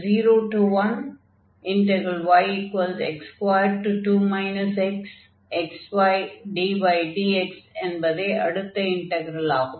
01yx22 xxydydx என்பதே அடுத்த integral ஆகும்